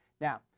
Now